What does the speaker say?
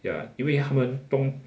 ya 因为他们冬